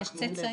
יש צאצאים.